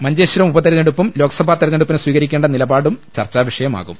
മഞ്ചേശ്വരം ഉപതെര ഞ്ഞെടുപ്പും ലോക്സഭാ തെരഞ്ഞെടുപ്പിന് സ്വീകരിക്കേണ്ട നിലപാടും ചർച്ചാ വിഷയമാകും